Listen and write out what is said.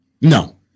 No